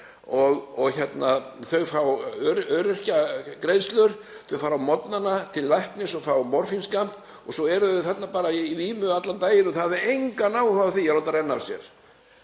og þau fá örorkugreiðslur. Þau fara á morgnana til læknis og fá morfínskammt. Svo eru þau bara í vímu allan daginn og hafa engan áhuga á því að láta renna af sér.